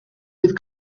with